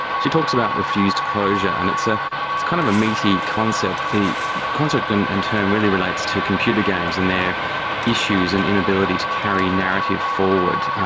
she talks about refused closure, and it's ah it's kind of a meaty concept. the concept and and term really relates to computer games and their issues and inability to carry narrative forward,